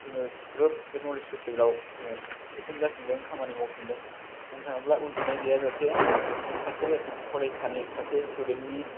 जोङो ग्रोब बे नलेज फेसटिवेलाव जोङो एथेन्द जाफिनदों खामानि मावफिनदों बुंनो थाङोब्ला उन्दुनाय गैया जासे माने सासे फरायसानि सासे स्थुदेन्टनि